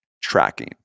tracking